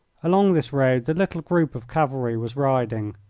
along this road the little group of cavalry was riding.